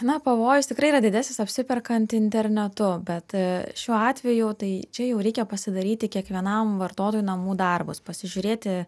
na pavojus tikrai yra didesnis apsiperkant internetu bet šiuo atveju tai čia jau reikia pasidaryti kiekvienam vartotojui namų darbus pasižiūrėti